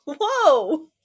whoa